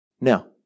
Now